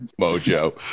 Mojo